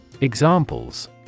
Examples